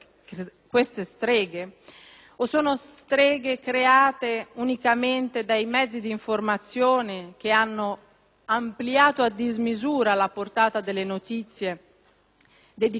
O sono streghe create unicamente dai mezzi di informazione, che hanno ampliato a dismisura la portata delle notizie dedicate alla cronaca nera?